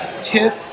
Tip